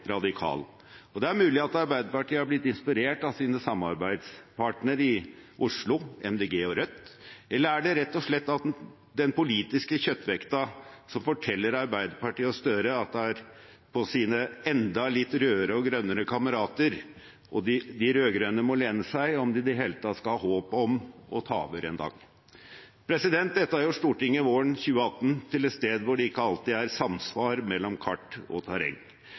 radikal. Det er mulig at Arbeiderpartiet har blitt inspirert av sine samarbeidspartnere i Oslo, Miljøpartiet De Grønne og Rødt. Eller er det rett og slett den politiske kjøttvekta som forteller Arbeiderpartiet og Støre at det er på sine enda litt rødere og grønnere kamerater de rød-grønne må lene seg om de i det hele tatt skal ha håp om å ta over en dag? Dette har gjort Stortinget våren 2018 til et sted hvor det ikke alltid er samsvar mellom kart og terreng.